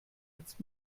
jetzt